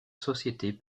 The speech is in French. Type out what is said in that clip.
société